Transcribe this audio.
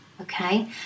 okay